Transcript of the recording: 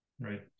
Right